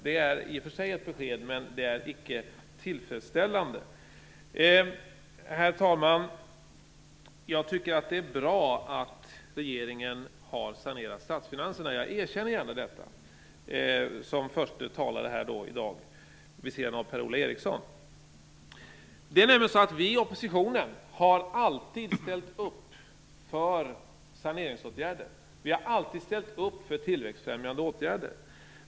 Det är i och för sig ett besked, men det är icke tillfredsställande. Herr talman! Jag tycker att det är bra att regeringen har sanerat statsfinanserna. Jag erkänner gärna detta, som förste talare här i dag vid sidan av Per-Ola Eriksson. Det är nämligen så att vi i oppositionen alltid har ställt upp för saneringsåtgärder. Vi har alltid ställt upp för tillväxtfrämjande åtgärder.